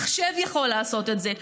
מחשב יכול לעשות את זה,